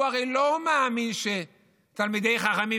הוא הרי לא מאמין שתלמידי חכמים,